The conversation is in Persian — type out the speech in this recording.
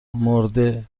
مرده